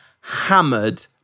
hammered